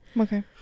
Okay